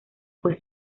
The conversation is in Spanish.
fue